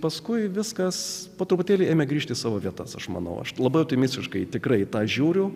paskui viskas po truputėlį ėmė grįžti savo vietas aš manau aš labai optimistiškai tikrai tą žiūriu